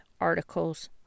articles